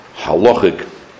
halachic